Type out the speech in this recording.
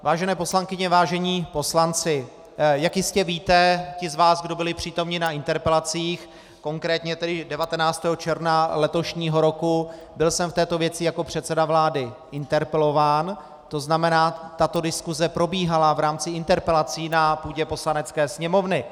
Vážené poslankyně, vážení poslanci, jak jistě vědí ti z vás, kdo byli přítomni na interpelacích, konkrétně 19. června letošního roku, byl jsem v této věci jako předseda vlády interpelován, tzn. tato diskuse probíhala v rámci interpelací na půdě Poslanecké sněmovny.